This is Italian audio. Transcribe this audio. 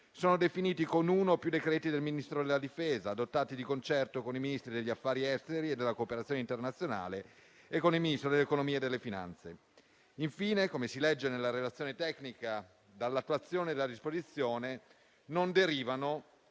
sono definiti con uno o più decreti del Ministro della difesa, adottati di concerto con il Ministro degli affari esteri e della cooperazione internazionale e con il Ministro dell'economia e delle finanze. Infine, come si legge nella relazione tecnica, dall'attuazione della disposizione non derivano